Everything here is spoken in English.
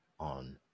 On